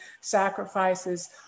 sacrifices